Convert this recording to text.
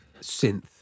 synth